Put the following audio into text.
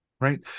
right